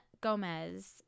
Gomez